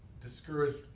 discouraged